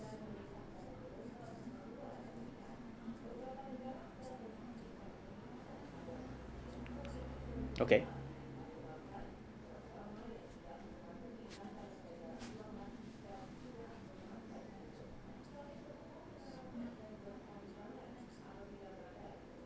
okay